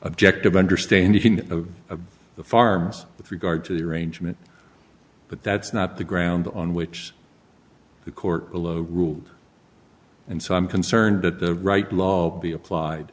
objective understanding of the farms with regard to the arrangement but that's not the ground on which the court below ruled and so i'm concerned that the right law be applied